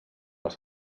els